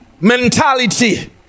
mentality